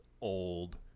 old